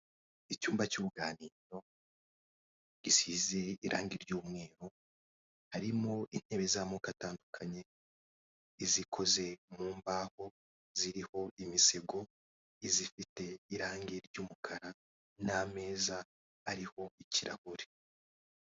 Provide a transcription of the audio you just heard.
Icyumba cy'uruganiriro, gisize irangi ry'umweru, harimo intebe z'amoko atandukanye, izikoze mu mbaho ziriho imisego, izifite irangi ry'umukara n'ameza ariho ikirahure.